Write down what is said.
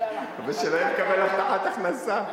ושלא יקבל הבטחת הכנסה.